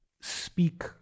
speak